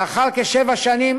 לאחר כשבע שנים,